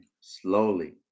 slowly